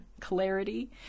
clarity